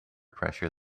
pressure